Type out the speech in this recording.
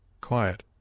quiet